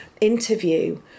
interview